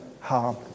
harm